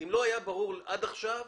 אם לא היה ברור עד עכשיו,